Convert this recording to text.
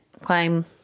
climb